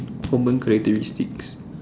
common characteristics